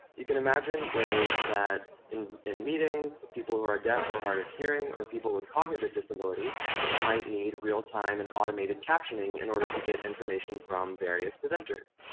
you can imagine ways that in in meetings people who are deaf or hard of hearing or people with cognitive disabilities might need real-time and automated captioning in order to get information from various presenters.